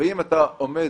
אם אתה עומד